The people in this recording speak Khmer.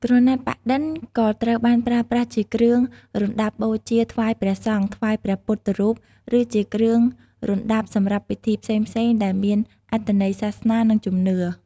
ក្រណាត់ប៉ាក់-ឌិន ក៏ត្រូវបានប្រើប្រាស់ជាគ្រឿងរណ្ដាប់បូជាថ្វាយព្រះសង្ឃ ថ្វាយព្រះពុទ្ធរូប ឬជាគ្រឿងរណ្ដាប់សម្រាប់ពិធីផ្សេងៗដែលមានអត្ថន័យសាសនា និងជំនឿ។